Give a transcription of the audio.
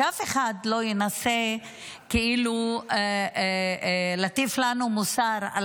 שאף אחד לא ינסה כאילו להטיף לנו מוסר על